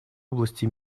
области